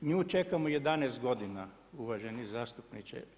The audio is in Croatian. Nju čekamo 11 g. uvaženi zastupniče.